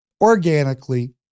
organically